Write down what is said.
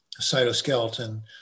cytoskeleton